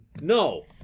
No